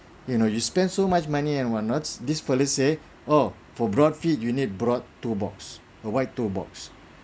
you know you spend so much money and we're not this policy or for broad feet you need broad toe box a wide toe box